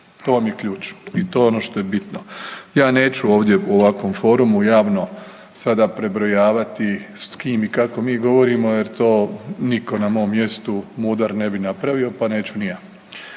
To vam je ključ i to je ono što je bitno. Ja neću ovdje u ovakvom forumu javno sada prebrojavati s kim i kako mi govorimo jer to niko na mom mjestu mudar ne bi napravio, pa neću ni ja.